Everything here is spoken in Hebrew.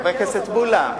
חבר הכנסת מולה.